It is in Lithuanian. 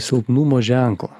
silpnumo ženklą